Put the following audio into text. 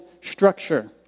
structure